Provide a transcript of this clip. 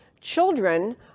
children